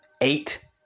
eight